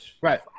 right